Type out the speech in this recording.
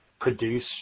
produce